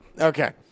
Okay